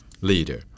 leader